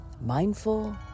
mindful